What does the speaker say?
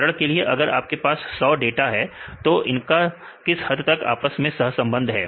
उदाहरण के लिए अगर आपके पास 100 डाटा है तो इनका किस हद तक आपस में सहसंबंध है